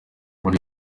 muri